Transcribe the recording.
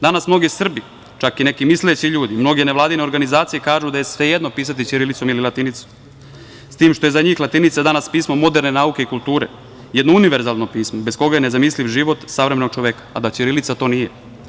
Danas mnogi Srbi, čak i neki misleći ljudi, mnoge nevladine organizacije kažu da je svejedno pisati ćirilicom ili latinicom, s tim što je latinica za njih danas pismo moderne nauke i kulture, jedno univerzalno pismo, bez koga je nezamisliv život savremenog čoveka, a da ćirilica to nije.